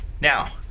now